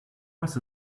was